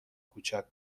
کوچک